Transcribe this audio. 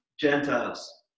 Gentiles